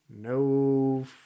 No